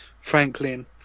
Franklin